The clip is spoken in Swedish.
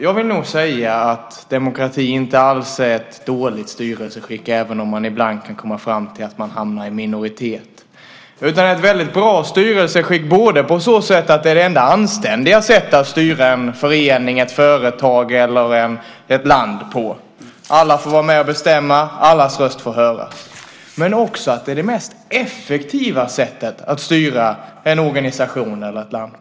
Jag vill nog säga att demokrati inte alls är ett dåligt styrelseskick, även om man ibland kan hamna i minoritet. Det är ett väldigt bra styrelseskick, både eftersom det är det enda anständiga sättet att styra en förening, ett företag eller ett land - alla får vara med och bestämma och allas röst får höras - och eftersom det är det mest effektiva sättet att styra en organisation eller ett land på.